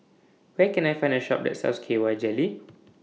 Where Can I Find A Shop that sells K Y Jelly